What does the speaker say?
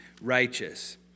righteous